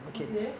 okay